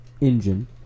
engine